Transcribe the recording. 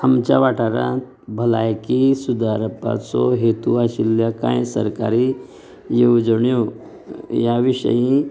आमच्या वाठारांत भलायकी सुदारपाचो हेतू आशिल्या कांय सरकारी येवजण्यो ह्या विशयी